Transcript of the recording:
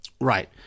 Right